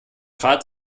grad